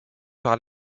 par